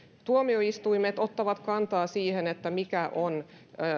tuomioistuimet ottavat kantaa siihen mikä on